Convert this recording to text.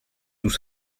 sous